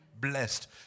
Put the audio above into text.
blessed